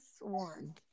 one